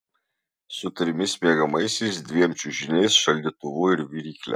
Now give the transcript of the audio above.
su trimis miegamaisiais dviem čiužiniais šaldytuvu ir virykle